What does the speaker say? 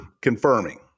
confirming